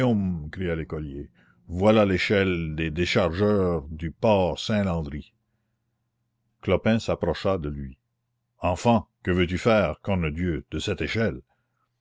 criait l'écolier voilà l'échelle des déchargeurs du port saint landry clopin s'approcha de lui enfant que veux-tu faire corne dieu de cette échelle